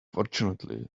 fortunately